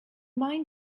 mind